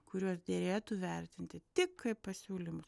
kuriuos derėtų vertinti tik kaip pasiūlymus